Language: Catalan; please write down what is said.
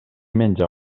menja